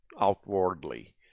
outwardly